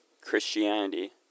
Christianity